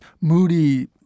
moody